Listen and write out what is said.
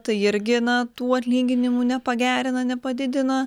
tai irgi na tų atlyginimų nepagerina nepadidina